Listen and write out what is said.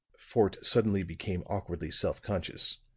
fort suddenly became awkwardly self-conscious.